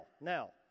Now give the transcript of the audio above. now